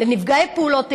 לנפגעי פעולות איבה,